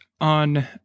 on